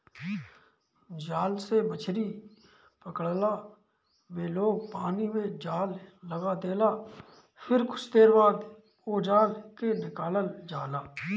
जाल से मछरी पकड़ला में लोग पानी में जाल लगा देला फिर कुछ देर बाद ओ जाल के निकालल जाला